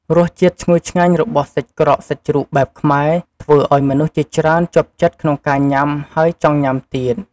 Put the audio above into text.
រសជាតិឈ្ងុយឆ្ងាញ់របស់សាច់ក្រកសាច់ជ្រូកបែបខ្មែរ ធ្វើឱ្យមនុស្សជាច្រើន ជាប់ចិត្តក្នងការញុាំហើយចង់ញុាំទៀត។